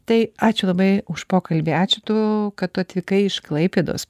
tai ačiū labai už pokalbį ačiū tu kad tu atvykai iš klaipėdos